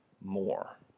more